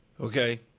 Okay